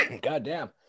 Goddamn